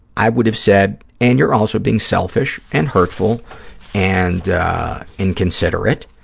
i would have said, and you're also being selfish and hurtful and inconsiderate